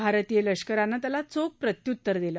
भारतीय लष्करानं त्याला चोख प्रत्युत्तर दिलं